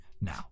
now